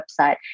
website